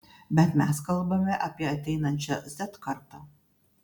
bet mes kalbame apie ateinančią z kartą